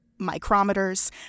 micrometers